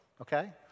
Okay